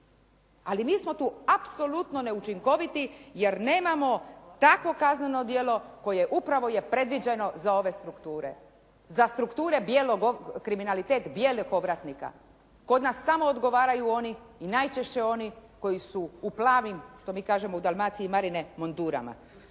Ali mi smo tu apsolutno neučinkoviti jer nemamo takvo kazneno djelo koje upravo je predviđeno za ove strukture, za strukture kriminaliteta bijelog ovratnika. Kod nas samo odgovaraju oni i najčešće oni koji su u plavim, što mi kažemo u Dalmaciji, marine mondurama.